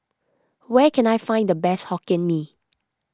where can I find the best Hokkien Mee